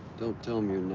don't tell me